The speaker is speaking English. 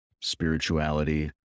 spirituality